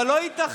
אבל לא ייתכן,